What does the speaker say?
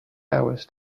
hours